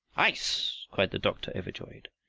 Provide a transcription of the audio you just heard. ice! cried the doctor, overjoyed.